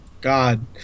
God